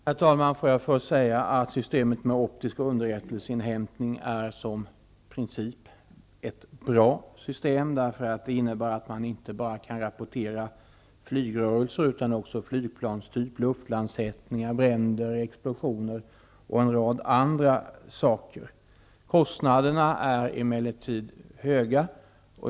Herr talman! Får jag först säga att systemet med optiskt underrättelseinhämtning som princip är ett bra system. Det innebär att man kan rapportera inte bara flygrörelser utan också flygplanstyp, luftlandsättningar, bränder, explosioner och en rad andra saker. Kostnaderna är emellertid höga.